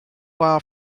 while